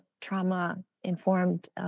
trauma-informed